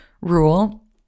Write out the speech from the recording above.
rule